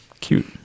cute